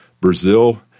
Brazil